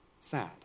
sad